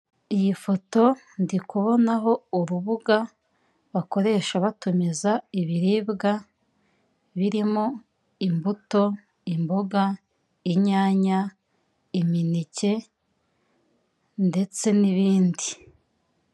Iyi foto, ndi kubonaho urubuga bakoresha batumiza ibiribwa, birimo: imbuto, imboga, inyanya, imineke, ndetse n'ibindi.